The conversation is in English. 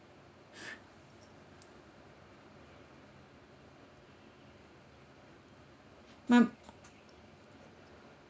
ni~